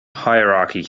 hierarchy